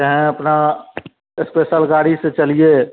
चाहें अपना एस्पेशल गाड़ी से चलिए